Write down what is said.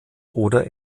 oder